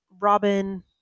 Robin